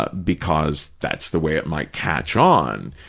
ah because that's the way it might catch on.